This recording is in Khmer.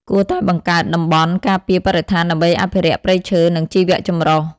គួរតែបង្កើតតំបន់ការពារបរិស្ថានដើម្បីអភិរក្សព្រៃឈើ និងជីវៈចម្រុះ។